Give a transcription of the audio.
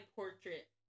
portrait